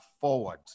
forward